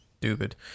Stupid